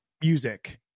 music